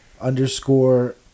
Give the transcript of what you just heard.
Underscore